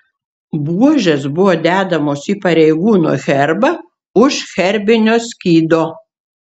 buožės buvo dedamos į pareigūno herbą už herbinio skydo